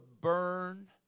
burn